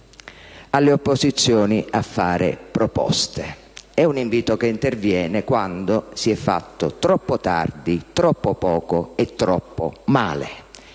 alle opposizioni a fare proposte; è un invito che interviene quando si è fatto troppo tardi, troppo poco e troppo male;